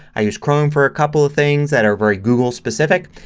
i use chrome for a couple of things that are very goggle specific.